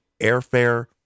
airfare